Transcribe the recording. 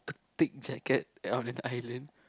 thick jacket on an island